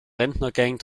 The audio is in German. rentnergang